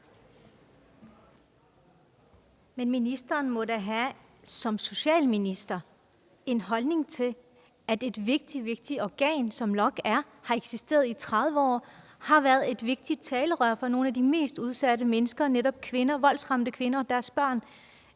Men ministeren må da som socialminister have en holdning til, at et vigtigt, vigtigt organ, som LOKK er, har eksisteret i 30 år og været et vigtigt talerør for nogle af de mest udsatte mennesker, nemlig voldsramte kvinder og deres børn,